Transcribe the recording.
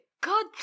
God